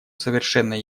совершенно